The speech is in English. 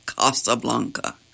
Casablanca